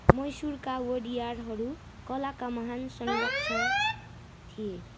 मैसुरका वोडियारहरू कलाका महान् संरक्षक थिए